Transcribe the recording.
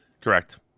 Correct